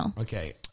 Okay